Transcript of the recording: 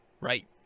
right